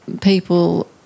people